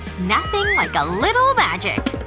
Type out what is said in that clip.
nothing like a little magic.